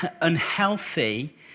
unhealthy